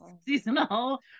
seasonal